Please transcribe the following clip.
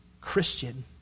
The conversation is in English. Christian